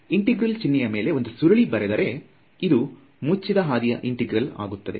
integral ಚಿಹ್ನೆಯ ಮೇಲೆ ಒಂದು ಸುರುಳಿ ಬರೆದರೆ ಇದು ಮುಚ್ಚಿದ ಹಾದಿಯ ಇಂಟೆಗ್ರಲ್ ಆಗುತ್ತದೆ